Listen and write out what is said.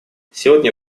сегодня